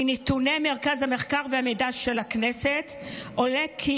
מנתוני מרכז המחקר והמידע של הכנסת עולה כי